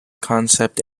concept